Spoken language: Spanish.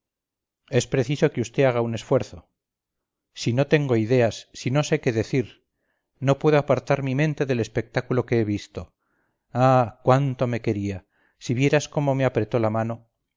es preciso que vd haga un esfuerzo si no tengo ideas si no sé qué decir no puedo apartar mi mente del espectáculo que he visto ah cuánto me quería si vieras cómo me apretó la mano